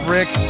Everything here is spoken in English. Rick